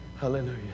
hallelujah